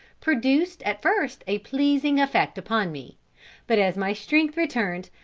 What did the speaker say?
produced at first a pleasing effect upon me but as my strength returned,